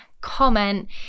comment